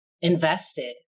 invested